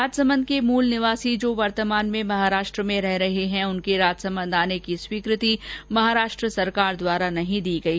राजसमंद के मूल निवासी जो वर्तमान में महाराष्ट्र में रह रहे हैं उनके राजसमंद आने की स्वीकृति महाराष्ट्र सरकार द्वारा नहीं दी गयी